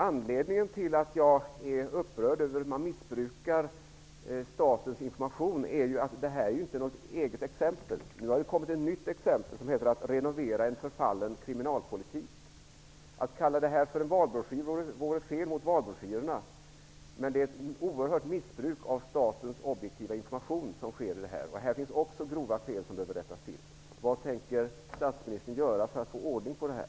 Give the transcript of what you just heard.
Anledningen till att jag är upprörd över hur man missbrukar statens information är att detta inte är något enstaka exempel. Nu har det kommit en ny skrift som heter Att renovera en förfallen kriminalpolitik. Att kalla detta för en valbroschyr vore fel mot valbroschyrerna. Men det är ett oerhört missbruk av statens objektiva information som sker. Här finns också grova fel, som behöver rättas till. Vad tänker statsministern göra för att få ordning på detta?